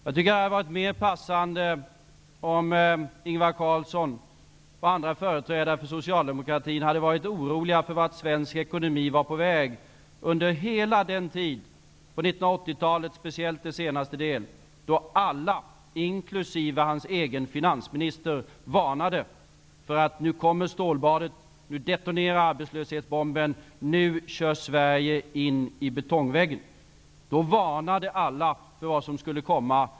Jag tycker att det hade varit mer passande om Ingvar Carlsson och andra företrädare för socialdemokraterna hade varit oroliga för vart svensk ekonomi var på väg under framför allt den senare delen av 1980-talet då alla, inkl. deras egen finansminister, varnade och sade: Nu kommer stålbadet, nu detonerar arbetslöshetsbomben, nu kör Sverige in i betongväggen. Alla varnade för vad som skulle komma.